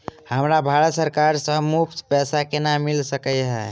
हमरा भारत सरकार सँ मुफ्त पैसा केना मिल सकै है?